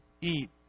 eat